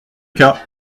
cas